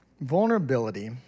Vulnerability